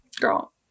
girl